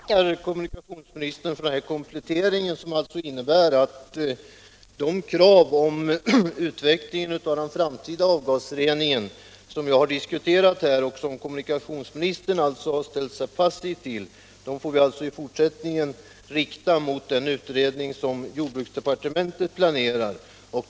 Herr talman! Jag tackar kommunikationsministern för denna komplettering, som innebär att de krav på utveckling av den framtida avgasreningen som jag har diskuterat här och som kommunikationsministern har ställt sig positiv till i fortsättningen får riktas till den utredning som jordbruksdepartementet planerar.